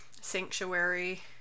Sanctuary